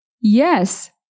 Yes